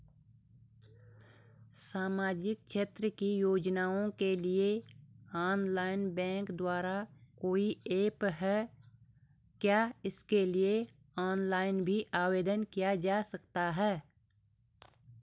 सामाजिक क्षेत्र की योजनाओं के लिए ऑनलाइन बैंक द्वारा कोई ऐप है क्या इसके लिए ऑनलाइन भी आवेदन किया जा सकता है?